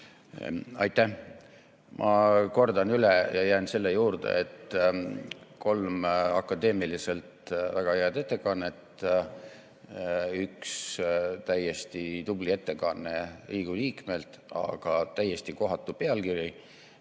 Aitäh! Ma kordan üle ja jään selle juurde, et oli kolm akadeemiliselt väga head ettekannet ja üks täiesti tubli ettekanne Riigikogu liikmelt, aga täiesti kohatu pealkiri